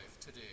today